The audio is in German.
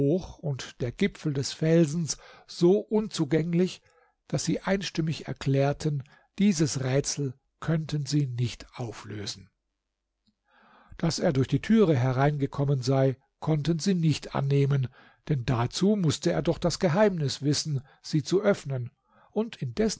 und der gipfel des felsens so unzugänglich daß sie einstimmig erklärten dieses rätsel könnten sie nicht auflösen daß er durch die türe hereingekommen sei konnten sie nicht annehmen denn dazu mußte er doch das geheimnis wissen sie zu öffnen und